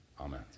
Amen